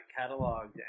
cataloged